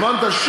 הבנת?